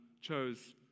chose